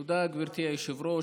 תודה, גברתי היושבת-ראש.